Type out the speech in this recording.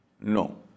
No